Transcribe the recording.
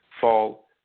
fall